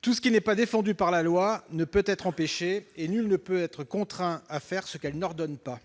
Tout ce qui n'est pas défendu par la loi ne peut être empêché, et nul ne peut être contraint à faire ce qu'elle n'ordonne pas. ».